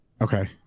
Okay